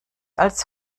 als